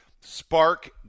spark